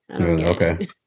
okay